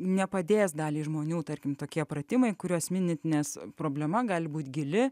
nepadės daliai žmonių tarkim tokie pratimai kuriuos minite nes problema gali būti gili